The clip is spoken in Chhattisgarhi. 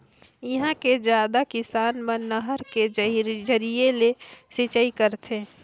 इहां के जादा किसान मन नहर के जरिए ले सिंचई करथे